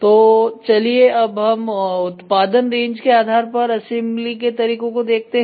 तोचलिए अब हम उत्पादन रेंज के आधार पर असेंबली के तरीको को देखते हैं